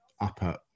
upper